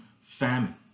famine